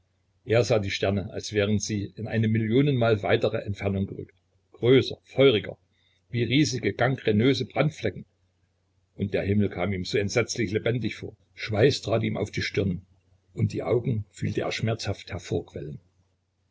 er sah die sterne als wären sie in eine millionenmal weitere entfernung gerückt größer feuriger wie riesige gangränöse brandflecken und der himmel kam ihm so entsetzlich lebendig vor schweiß trat ihm auf die stirn und die augen fühlte er schmerzhaft